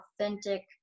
authentic